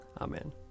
Amen